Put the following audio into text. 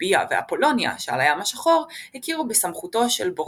אולביה ואפולוניה שעל הים השחור הכירו בסמכותו של בורביסטה.